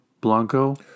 Blanco